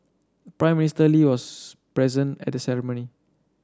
Prime Minister Lee was present at the ceremony